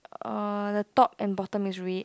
uh the top and bottom is red